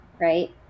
right